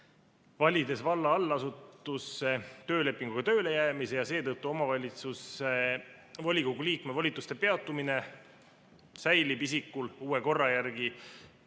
Valides valla allasutusse töölepinguga tööle jäämise ja seetõttu omavalitsuse volikogu liikme volituste peatumise, säilib isikul uue korra järgi